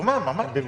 במקומם, אמרתי.